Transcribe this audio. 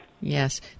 Yes